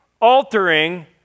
altering